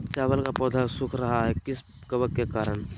चावल का पौधा सुख रहा है किस कबक के करण?